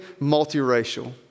multiracial